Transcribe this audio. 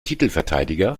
titelverteidiger